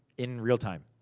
in real time.